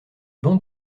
banc